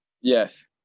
Yes